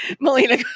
Melina